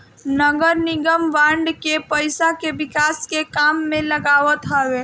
नगरनिगम बांड के पईसा के विकास के काम में लगावत हवे